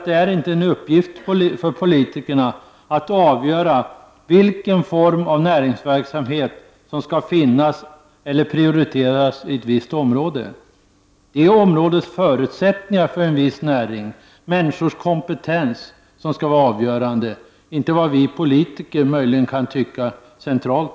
Det är inte en uppgift för politikerna, anser vi, att avgöra vilken form av näringsverksamhet som skall finnas eller prioriteras i ett visst område. Det är områdets förutsättningar för en viss näring och människornas kompetens som skall vara avgörande, inte vad vi politiker centralt möjligen kan tycka.